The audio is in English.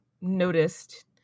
noticed